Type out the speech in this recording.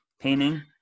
painting